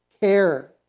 care